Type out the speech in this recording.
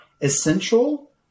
essential